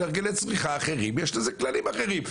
אלה הרגלי צריכה אחרים, יש לזה כללים אחרים.